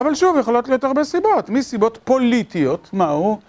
אבל שוב, יכולות להיות הרבה סיבות, מסיבות פוליטיות, מהו?